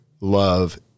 love